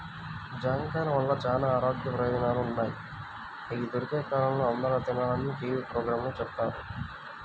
జాంకాయల వల్ల చానా ఆరోగ్య ప్రయోజనాలు ఉన్నయ్, అయ్యి దొరికే కాలంలో అందరూ తినాలని టీవీ పోగ్రాంలో చెప్పారు